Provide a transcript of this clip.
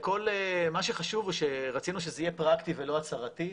מה שחשוב הוא שרצינו שזה יהיה פרקטי ולא הצהרתי.